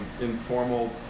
informal